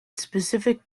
specific